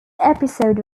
episode